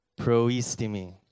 Proistimi